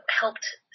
helped